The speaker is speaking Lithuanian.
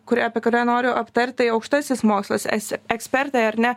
kuri apie kurią noriu aptarti tai aukštasis mokslas es ekspertai ar ne